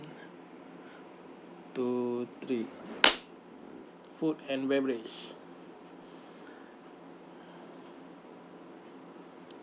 two three food and beverage